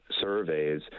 surveys